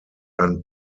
ein